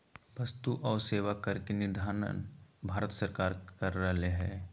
वस्तु आऊ सेवा कर के निर्धारण भारत सरकार कर रहले हें